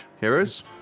heroes